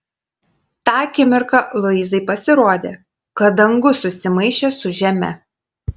tą akimirką luizai pasirodė kad dangus susimaišė su žeme